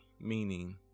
meaning